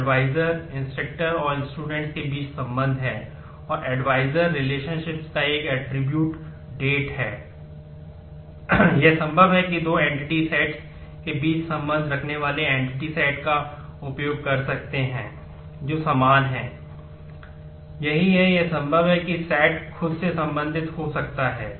यह संभव है कि 2 एंटिटी सेट्स खुद से संबंधित हो सकता है